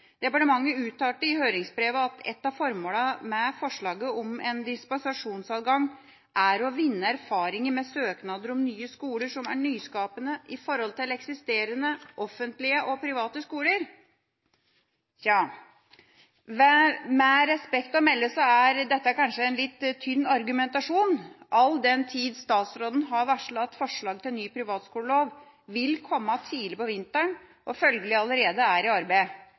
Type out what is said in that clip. Departementet uttalte i høringsbrevet at et av formålene med forslaget om en dispensasjonsadgang er å vinne erfaringer med søknader om nye skoler som er nyskapende i forhold til eksisterende offentlige og private skoler. Vel, med respekt å melde er dette kanskje en litt tynn argumentasjon all den tid statsråden har varslet at forslag til ny privatskolelov vil komme tidlig om vinteren og følgelig allerede er under arbeid.